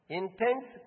intense